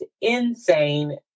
insane